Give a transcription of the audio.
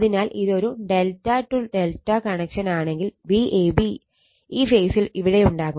അതിനാൽ ഇതൊരു ∆∆ കണക്ഷൻ ആണെങ്കിൽ Vab ഈ ഫേസിൽ ഇവിടെയുണ്ടാകും